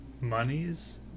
Monies